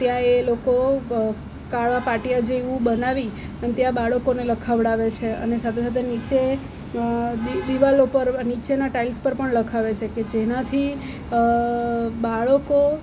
ત્યાં એ લોકો કાળા પાટિયા જેવું બનાવીને ત્યાં બાળકોને લખાવડાવે છે અને સાથે સાથે નીચે દી દીવાલો પર નીચેના ટાઇલ્સ પર પણ લખાવે છે કે જેનાથી બાળકો